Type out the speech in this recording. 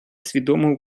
свідомого